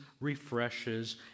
refreshes